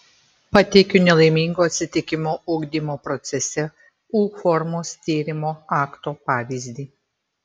pateikiu nelaimingo atsitikimo ugdymo procese u formos tyrimo akto pavyzdį